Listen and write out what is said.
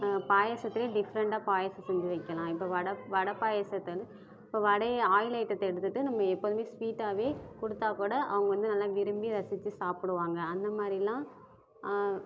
பாயசத்துலேயே டிஃப்ரண்டாக பாயசம் செஞ்சு வைக்கலாம் இப்போ வடை வடை பாயசத்தை வந்து இப்போ வடைய ஆயில் ஐட்டத்தை எடுத்துகிட்டு நம்ம எப்போதும் ஸ்வீட்டாக கொடுத்தா கூட அவங்க வந்து நல்லா விரும்பி ரசித்து சாப்பிடுவாங்க அந்த மாதிரில்லாம்